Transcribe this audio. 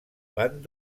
van